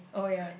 oh ya